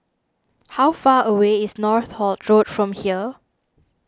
how far away is Northolt Road from here